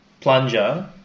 plunger